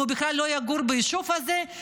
והוא בכלל לא יגור ביישוב הזה,